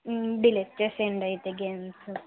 delete చేసెయ్యండి అయితే games